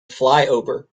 flyover